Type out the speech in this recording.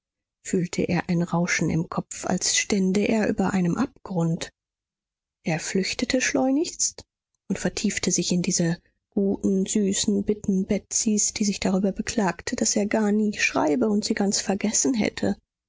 fühlte er ein rauschen im kopf als stände er über einem abgrund er flüchtete schleunigst und vertiefte sich in diese guten süßen bitten betsys die sich darüber beklagte daß er gar nie schreibe und sie ganz vergessen hätte